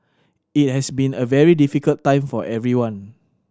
it has been a very difficult time for everyone